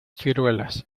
ciruelas